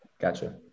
Gotcha